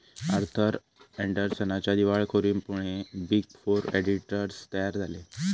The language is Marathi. आर्थर अँडरसनच्या दिवाळखोरीमुळे बिग फोर ऑडिटर्स तयार झाले